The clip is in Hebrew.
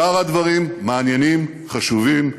שאר הדברים מעניינים, חשובים,